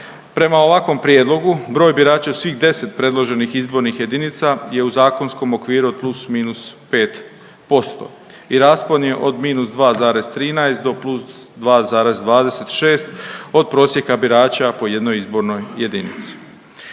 Prema ovakvom prijedlogu broj birača u svih 10 predloženih izbornih jedinica je u zakonskom okviru od plus, minus 5% i raspon je od minus 2,13 do plus 2,26 od prosjeka birača po jednoj izbornoj jedinici.